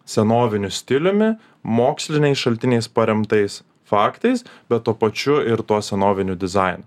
senoviniu stiliumi moksliniais šaltiniais paremtais faktais bet tuo pačiu ir to senovinio dizaino